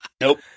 Nope